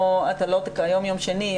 היום יום שני,